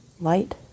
light